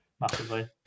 Massively